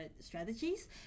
strategies